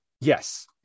Yes